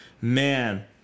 Man